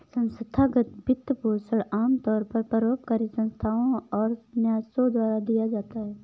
संस्थागत वित्तपोषण आमतौर पर परोपकारी संस्थाओ और न्यासों द्वारा दिया जाता है